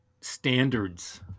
standards